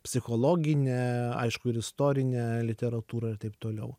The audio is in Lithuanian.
psichologinę aišku ir istorinę literatūrą ir taip toliau